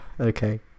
Okay